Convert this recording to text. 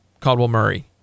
Caldwell-Murray